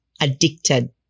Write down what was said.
addicted